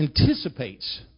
anticipates